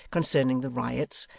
concerning the riots,